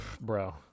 bro